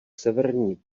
severní